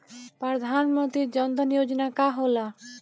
प्रधानमंत्री जन धन योजना का होला?